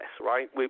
Right